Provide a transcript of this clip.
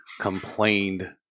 complained